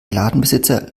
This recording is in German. ladenbesitzer